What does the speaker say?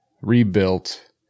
rebuilt